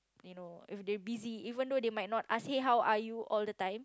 you know if they busy even though they might not ask eh how are you all the time